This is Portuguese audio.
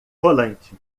rolante